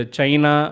China